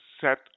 set